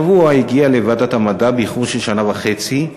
השבוע הגיעה לוועדת המדע, באיחור של שנה וחצי,